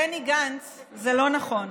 בני גנץ, זה לא נכון.